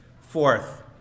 Fourth